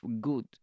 good